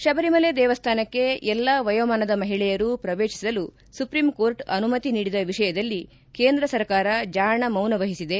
ಶಬರಿಮಲೆ ದೇವಸ್ಥಾನಕ್ಕೆ ಎಲ್ಲಾ ವಯೋಮಾನದ ಮಹಿಳೆಯರು ಪ್ರವೇಶಿಸಲು ಸುಪ್ರೀಂಕೋರ್ಟ್ ಅನುಮತಿ ನೀಡಿದ ವಿಷಯದಲ್ಲಿ ಕೇಂದ್ರ ಸರ್ಕಾರ ಜಾಣ ಮೌನವಹಿಸಿದೆ